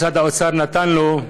משרד האוצר נתן לו,